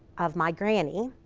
of my granny.